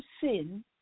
sin